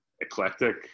eclectic